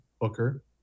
Booker